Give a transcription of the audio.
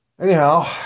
Anyhow